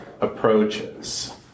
approaches